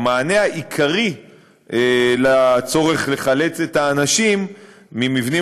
המענה העיקרי לצורך לחלץ את האנשים ממבנים